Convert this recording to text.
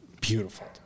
beautiful